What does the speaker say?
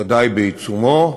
ודאי בעיצומו,